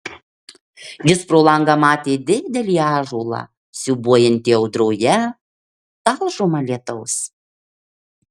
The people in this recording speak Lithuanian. jis pro langą matė didelį ąžuolą siūbuojantį audroje talžomą lietaus